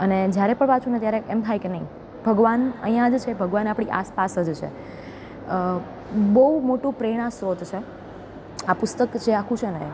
અને જ્યારે પણ વાંચુંને ત્યારે એમ થાય કે નહીં ભગવાન અહીંયા જ છે ભગવાન આપણી આસપાસ જ છે બહુ મોટું પ્રેરણા સ્ત્રોત છે આ પુસ્તક જે આખું છે ને એ